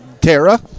Tara